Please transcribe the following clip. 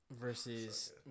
versus